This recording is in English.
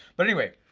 but anyway,